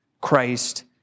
Christ